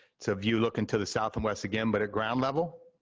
so, view looking to the south and west again, but at ground level.